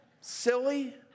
Silly